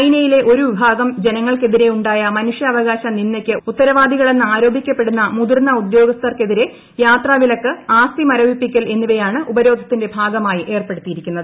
ചൈനയിലെ ഒരു വിഭാഗം ജനങ്ങൾക്കെതിരെ ഉണ്ടായ മനുഷ്യാവകാശ നിന്ദയ്ക്ക് ഉത്തരവാദികളെന്ന് ആരോപിക്കപ്പെടുന്ന മുതിർന്ന ഉദ്യോഗസ്ഥർക്കെതിരെ യാത്രാവിലക്ക് ആസ്തി മരവിപ്പിക്കൽ എന്നിവയാണ് ഉപരോധത്തിന്റെ ഭാഗമായി ഏർപ്പെടുത്തിയി രിക്കുന്നത്